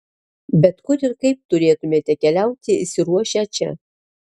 bet kur ir kaip turėtumėte keliauti išsiruošę čia